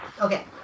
Okay